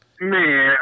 Man